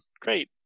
great